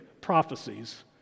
prophecies